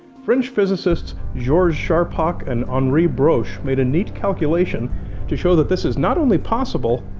french physicists georges charpak and henri broch made a neat calculation to show that this is not only possible,